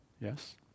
Yes